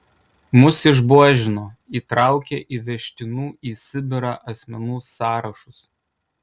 mus išbuožino įtraukė į vežtinų į sibirą asmenų sąrašus